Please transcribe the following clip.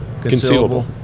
concealable